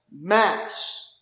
Mass